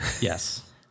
yes